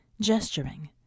gesturing